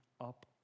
up